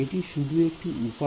এটি শুধু একটি উপায়